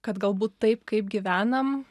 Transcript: kad galbūt taip kaip gyvenam